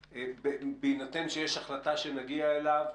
בהינתן שיש החלטה שנגיע אליו?